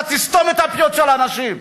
אתה תסתום את הפיות של האנשים.